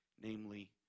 namely